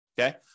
Okay